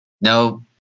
No